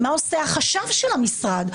מה עושה החשב של המשרד?